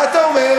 מה אתה אומר?